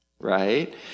right